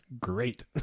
great